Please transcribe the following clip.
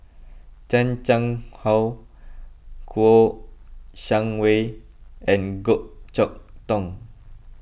Chan Chang How Kouo Shang Wei and Goh Chok Tong